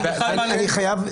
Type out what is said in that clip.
אני חייב,